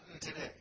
today